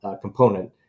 component